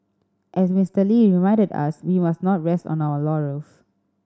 as Mister Lee reminded us we must not rest on our laurels